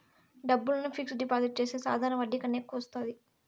డబ్బులను fixed deposit చేస్తే సాధారణ వడ్డీ కన్నా ఎక్కువ వత్తాది